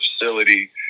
facility